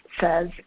says